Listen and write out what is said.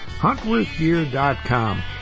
Huntworthgear.com